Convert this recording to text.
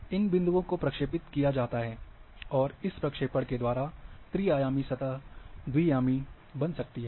इन बिंदुओं को प्रक्षेपित किया जाता है और इस प्रक्षेपण के द्वारा त्री आयामी सतह द्वियामी बन सकती है